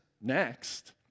next